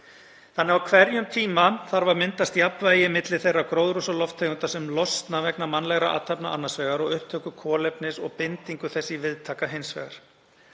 Þannig þarf á hverjum tíma að myndast jafnvægi milli þeirra gróðurhúsalofttegunda sem losna vegna mannlegra athafna annars vegar og upptöku kolefnis og bindingu þess í viðtaka hins vegar.